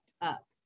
up